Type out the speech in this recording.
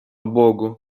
богу